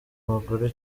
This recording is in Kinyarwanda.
bagore